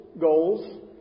goals